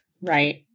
right